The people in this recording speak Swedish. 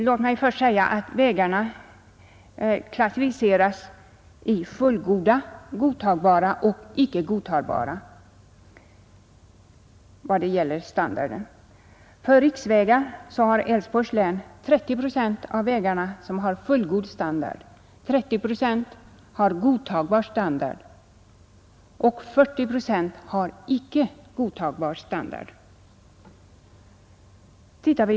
Låt mig först säga att vägarna klassificeras som fullgoda, godtagbara och icke godtagbara vad det gäller standarden, I fråga om riksvägar har Älvsborgs län 30 procent vägar med fullgod standard, 30 procent med godtagbar standard och 40 procent med icke godtagbar standard.